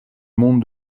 monde